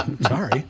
Sorry